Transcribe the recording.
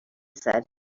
said